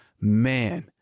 man